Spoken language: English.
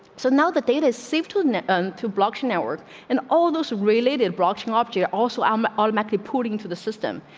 so now the davis saved two and um two blocks in our and all those related brushing off. yeah also, i'm all mac reporting to the system.